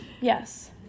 Yes